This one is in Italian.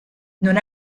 non